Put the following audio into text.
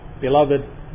Beloved